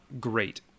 great